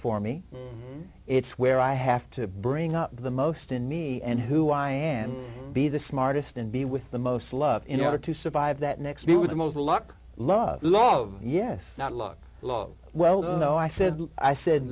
for me it's where i have to bring up the most in me and who i am be the smartest and be with the most love in order to survive that next me with the most luck love love yes not luck love well no no i said i said